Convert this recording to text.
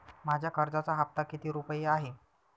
माझ्या कर्जाचा हफ्ता किती रुपये आहे?